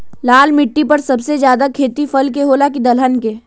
लाल मिट्टी पर सबसे ज्यादा खेती फल के होला की दलहन के?